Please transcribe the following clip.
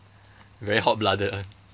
very hot blooded [one]